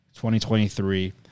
2023